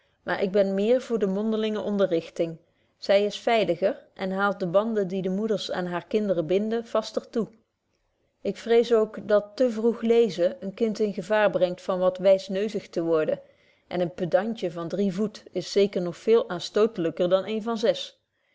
maar ik ben méér voor de mondelinge onderrichting zy is veiliger en haalt de banden die de moeders aan hare kinderen binden vaster toe ik vrees ook dat te vroeg lezen een kind in gevaar brengt van wat wysneuzig te worden en een pedantje van drie voet is zeker nog veel aanstootelyker dan een van zes